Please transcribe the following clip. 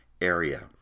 area